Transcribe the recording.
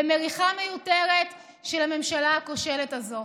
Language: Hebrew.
במריחה מיותרת של הממשלה הכושלת הזאת.